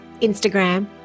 Instagram